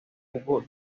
hubo